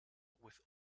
with